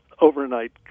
overnight